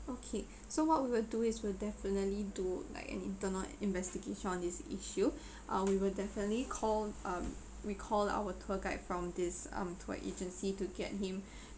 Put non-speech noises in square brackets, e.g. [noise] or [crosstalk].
okay so what we will do is we'll definitely do like an internal investigation on this issue [breath] uh we will definitely call um we call our tour guide from this um tour agency to get him [breath]